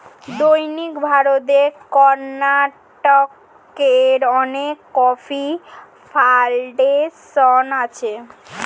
দক্ষিণ ভারতের কর্ণাটকে অনেক কফি প্ল্যান্টেশন আছে